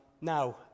Now